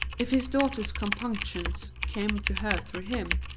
if his daughter's compunctions came to her through him,